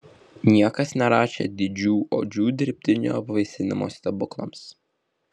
niekas nerašė didžių odžių dirbtinio apvaisinimo stebuklams